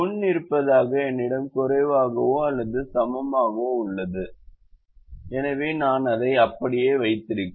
முன்னிருப்பாக என்னிடம் குறைவாகவோ அல்லது சமமாகவோ உள்ளது எனவே நான் அதை அப்படியே வைத்திருக்கிறேன்